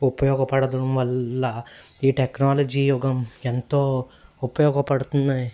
ఉపయోగపడడం వల్ల ఈ టెక్నాలజీ యుగం ఎంతో ఉపయోగపడుతున్నాయి